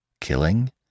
Killing